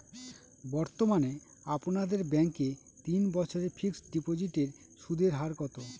বর্তমানে আপনাদের ব্যাঙ্কে তিন বছরের ফিক্সট ডিপোজিটের সুদের হার কত?